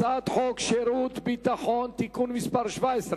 הצעת חוק שירות ביטחון (תיקון מס' 17)